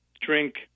drink